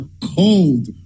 cold